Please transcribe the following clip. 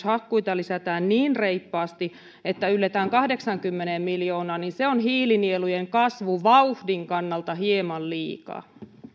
hakkuita lisätään niin reippaasti että ylletään kahdeksaankymmeneen miljoonaan se on hiilinielujen kasvuvauhdin kannalta hieman liikaa arvoisa